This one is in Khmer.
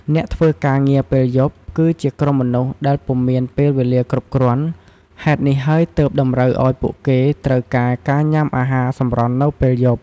អ្នកធ្វើការងារពេលយប់ គឺជាក្រុមមនុស្សដែលពុំមានពេលវេលាគ្រប់គ្រាន់ ហេតុនេះហើយទើបតម្រូវឲ្យពួកគេត្រូវការ ការញ៊ាំអាហារសម្រន់នៅពេលយប់។